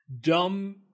dumb